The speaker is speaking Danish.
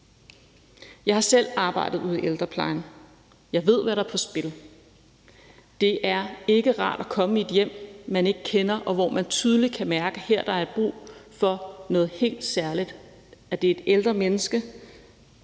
Jeg har selv arbejdet ude i ældreplejen. Jeg ved, hvad der er på spil. Det er ikke rart at komme i et hjem, man ikke kender, og hvor man tydeligt kan mærke, at her er der brug for noget helt særligt, at det er et ældre menneske,